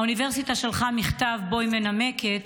האוניברסיטה שלחה מכתב שבו היא מנמקת